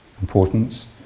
importance